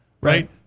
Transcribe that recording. right